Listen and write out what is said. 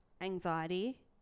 anxiety